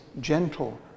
gentle